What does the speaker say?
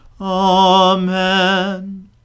Amen